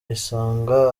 yisanga